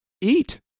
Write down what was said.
eat